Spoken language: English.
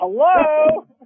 hello